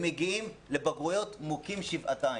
הם מגיעים לבגרויות מוכים שבעתיים,